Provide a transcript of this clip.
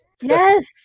Yes